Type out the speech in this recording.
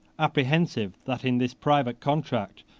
apprehensive that, in this private contract,